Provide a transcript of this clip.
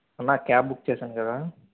అన్నా cab book చేశాను కదా